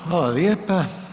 Hvala lijepa.